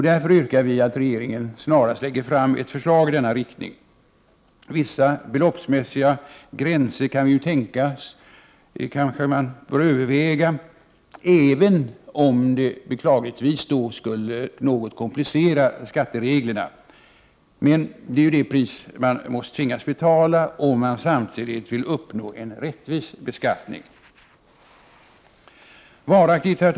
Därför yrkar vi på att regeringen snarast lägger fram ett förslag i denna riktning. Vissa beloppsmässiga gränser kan vi tänka oss bör övervägas, även om det beklagligtvis skulle komplicera skattereglerna något. Men det är ju det pris som man tvingas betala, om man samtidigt vill uppnå en rättvis beskattning. Herr talman!